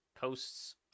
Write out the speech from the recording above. posts